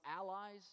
allies